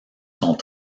sont